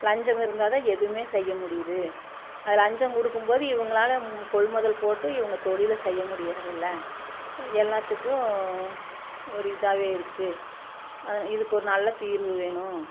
லஞ்சம் இருந்தால் தான் எதுவுமே செய்ய முடியுது அது லஞ்சம் கொடுக்கும் போது இவங்களால கொள் முதல் போட்டு இவங்க தொழிலை செய்ய முடியுறதில்ல எல்லாத்துக்கும் ஒரு இதாகவே இருக்குது அதில் இதுக்கு ஒரு நல்ல தீர்வு வேணும்